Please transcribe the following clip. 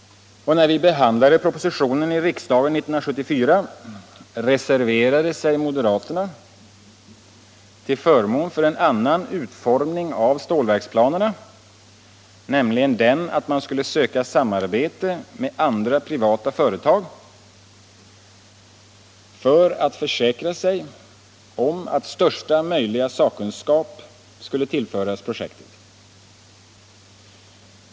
När vi behandlade propositionen i riksdagen 1974, reserverade moderaterna sig till förmån för en annan utformning av stålverksplanerna, nämligen den att man skulle söka samarbete med andra privata företag för att försäkra sig om att största möjliga sakkunskap skulle tillföras projektet.